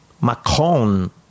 Macron